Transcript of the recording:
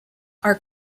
are